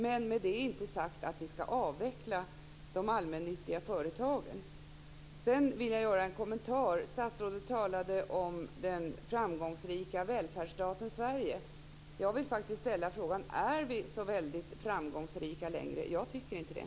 Men med det är inte sagt att vi skall avveckla de allmännyttiga företagen. Sedan vill jag göra en kommentar. Statsrådet talade om den framgångsrika välfärdsstaten Sverige. Jag vill faktiskt ställa frågan: Är vi så väldigt framgångsrika längre? Jag tycker inte det.